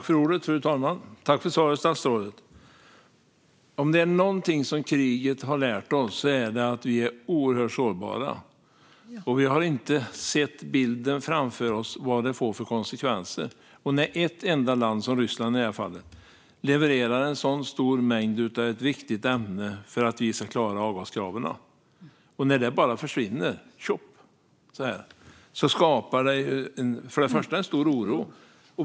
Fru talman! Tack för svaret, statsrådet! Om det är någonting som kriget har lärt oss är det att vi är oerhört sårbara. Vi har inte sett bilden framför oss av vad detta får för konsekvenser. När ett enda land, i det här fallet Ryssland, levererar en så stor mängd av ett ämne som är viktigt för att vi ska klara avgaskraven och det bara försvinner, tjoff, skapar det i första hand en stor oro.